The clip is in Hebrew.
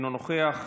אינו נוכח,